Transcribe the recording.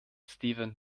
steven